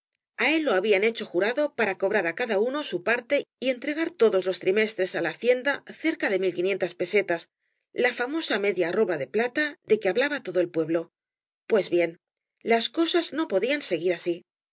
a él lo habían hecho jurado para cobrar á cada uno su parte y entregar todos los trimestres á la hacienda cerca de mil quinientas pesetas la famosa media arroba de plata de que hablaba todo el pueblo pues bien las cosas no podían seguir así